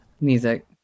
music